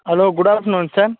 hello good afternoon sir